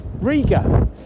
riga